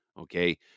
okay